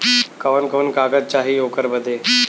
कवन कवन कागज चाही ओकर बदे?